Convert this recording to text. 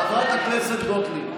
חברת הכנסת גוטליב.